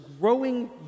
growing